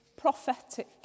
prophetic